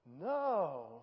No